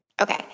Okay